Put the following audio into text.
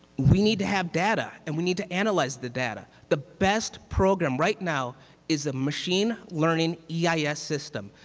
we need to have data and we need to analyze the data. the best program right now is the machine learning eis yeah ah system,